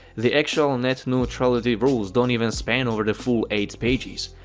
the actual net neutrality rules don't even span over the full eight pages.